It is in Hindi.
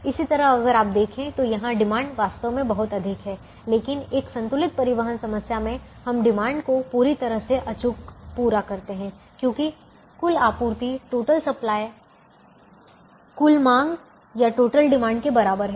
इसी तरह अगर आप देखें तो यहां डिमांड वास्तव में बहुत अधिक है लेकिन एक संतुलित परिवहन समस्या में हम डिमांड को पूरी तरह से अचूक पूरा करते हैं क्योंकि कुल आपूर्ति टोटल सप्लाई total supply कुल मांग टोटल डिमांडtotal demand के बराबर है